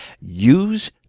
Use